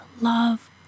love